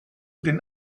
den